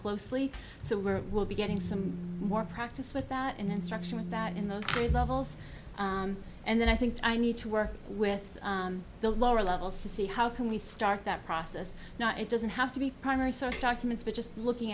closely so we're will be getting some more practice with that instruction in that in the grade levels and then i think i need to work with the lower levels to see how can we start that process now it doesn't have to be primary source documents but just looking